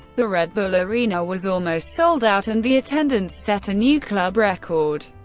the red bull arena was almost sold out and the attendance set a new club record.